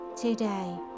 today